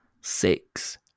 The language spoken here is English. six